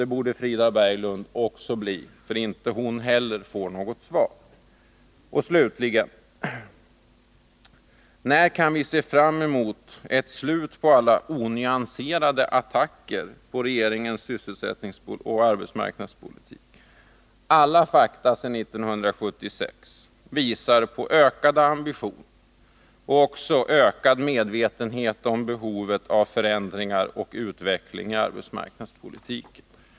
Det borde Frida Berglund också bli, för inte heller hon får något svar. Den tredje frågan lyder slutligen: När kan vi se fram mot ett slut på alla onyanserade attacker på regeringens sysselsättningsoch arbetsmarknadspolitik? Alla fakta sedan 1976 visar på ökade ambitioner och ökad medvetenhet om behovet av förändringar och utveckling i arbetsmarknadspolitiken.